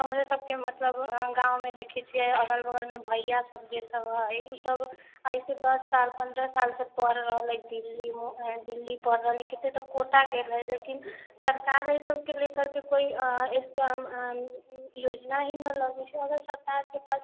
हमरेसबके मतलब गावमे देखै छियै अगल बगलमे भैया सब जे सब है ओसब आइसे दस साल पन्द्रह सालसे पढ़ि रहै है दिल्ली पढ़ि रहल है कत्ते त कोटा गेल रहै लेकिन सरकार एहि सबके लएके कोई स्कीम योजना हि ना लाबै छै अगर सरकारके पास